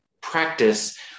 practice